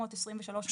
ל-1,723 חד פעמי.